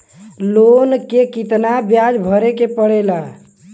Loan के कितना ब्याज भरे के पड़े ला?